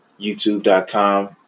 youtube.com